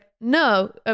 no